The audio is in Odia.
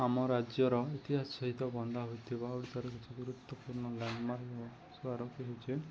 ଆମ ରାଜ୍ୟର ଇତିହାସ ସହିତ ବନ୍ଧା ଲ୍ୟାଣ୍ଡମାର୍କ ହେଉଛି